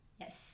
Yes